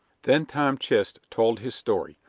then tom chist told his story,